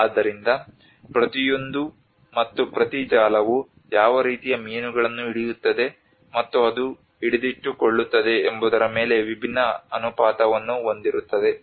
ಆದ್ದರಿಂದ ಪ್ರತಿಯೊಂದೂ ಮತ್ತು ಪ್ರತಿ ಜಾಲವು ಯಾವ ರೀತಿಯ ಮೀನುಗಳನ್ನು ಹಿಡಿಯುತ್ತದೆ ಮತ್ತು ಅದು ಹಿಡಿದಿಟ್ಟುಕೊಳ್ಳುತ್ತದೆ ಎಂಬುದರ ಮೇಲೆ ವಿಭಿನ್ನ ಅನುಪಾತವನ್ನು ಹೊಂದಿರುತ್ತದೆ